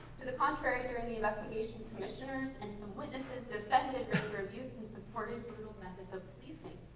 to the contrary, during the investigation commissioners and some witnesses defended regular abuse and supported brutal methods of policing.